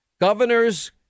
governors